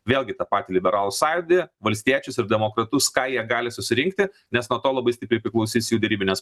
vėlgi tą patį liberalų sąjūdį valstiečius ir demokratus ką jie gali susirinkti nes nuo to labai stipriai priklausys jų derybinės